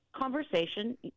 conversation